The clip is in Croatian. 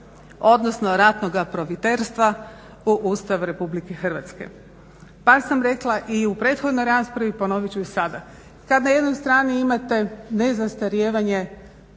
odnosno ratnog profiterstva u Ustav Republike Hrvatske. Pa sam rekla i u prethodnoj raspravi, ponovit ću i sada, kad na jednoj strani imate nezastarijevanje